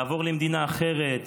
לעבור למדינה אחרת,